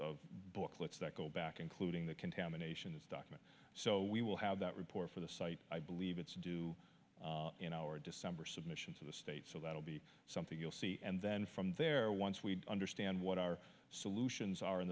booklets that go back including the contamination is done so we will have that report for the site i believe it's to do you know or december submission to the state so that'll be something you'll see and then from there once we understand what our solutions are in